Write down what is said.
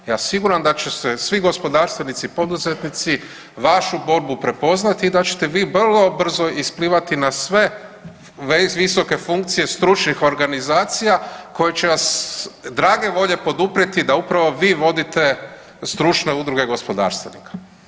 Ja sam siguran da će se svi gospodarstvenici, poduzetnici vašu borbu prepoznati i da ćete vi vrlo brzo isplivati na sve visoke funkcije stručnih organizacija koje će vas drage volje poduprijeti da upravo vi vodite stručne udruge gospodarstvenika.